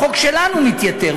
החוק שלנו מתייתר,